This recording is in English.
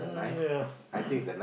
ya